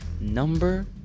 number